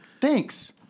Thanks